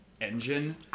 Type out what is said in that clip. engine